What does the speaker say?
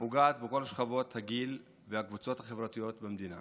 פוגעת בכל שכבות הגיל והקבוצות החברתיות במדינה